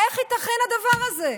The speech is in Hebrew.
איך ייתכן הדבר הזה?